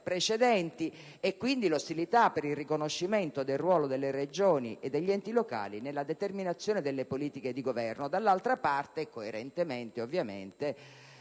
precedenti, e quindi l'ostilità per il riconoscimento del ruolo delle Regioni e degli enti locali nella determinazione delle politiche di governo. Dall'altra parte, coerentemente, le